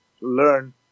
learn